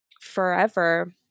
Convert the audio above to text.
forever